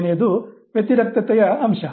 ಎರಡನೆಯದು ವ್ಯತಿರಿಕ್ತತೆಯ ಅಂಶ